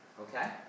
Okay